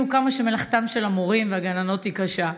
כמה מלאכתם של המורים והגננות היא קשה.